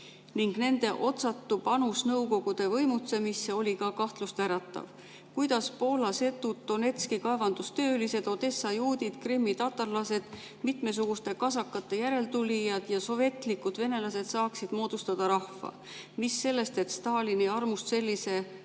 ning nende otsatu panus nõukogude võimutsemisse oli ka kahtlust äratav. Kuidas poola setud, donetski kaevandustöölised, odessa juudid, krimmi tatarlased, mitmesuguste kasakate järeltulijad ja sovetlikud venelased saaksid moodustada rahva? Mis sellest, et Stalini armust sellise